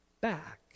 back